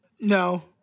No